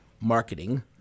marketing